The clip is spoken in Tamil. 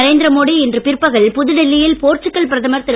நரேந்திர மோடி இன்று பிற்பகல் புதுடில்லியில் போர்ச்சுகல் பிரதமர் திரு